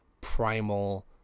primal